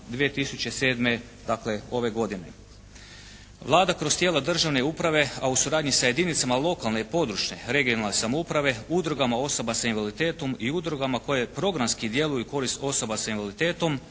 2007. Dakle, ove godine. Vlada kroz tijela državne uprave, a u suradnji sa jedinicama lokalne i područne, regionalne samouprave, udrugama osoba sa invaliditetom i udrugama koje programski djeluju u korist osoba sa invaliditetom,